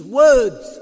words